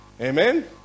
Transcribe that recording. Amen